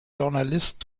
journalist